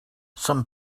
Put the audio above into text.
some